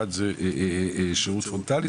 אחד זה שירות פרונטלי,